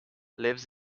lives